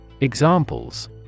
Examples